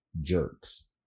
jerks